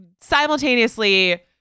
simultaneously